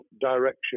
direction